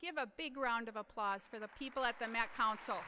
give a big round of applause for the people at the